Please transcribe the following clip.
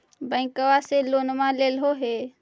बैंकवा से लोनवा लेलहो हे?